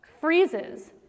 freezes